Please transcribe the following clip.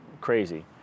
crazy